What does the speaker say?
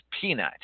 Peanut